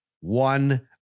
one